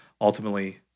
ultimately